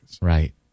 Right